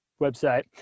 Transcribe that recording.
website